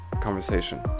conversation